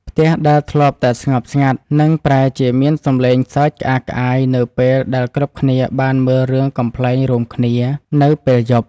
ផ្ទះដែលធ្លាប់តែស្ងប់ស្ងាត់នឹងប្រែជាមានសម្លេងសើចក្អាកក្អាយនៅពេលដែលគ្រប់គ្នាបានមើលរឿងកំប្លែងរួមគ្នានៅពេលយប់។